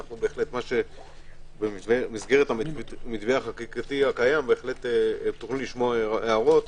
בהחלט במסגרת המתווה החקיקתי הקיים תוכלו לשמוע הערות.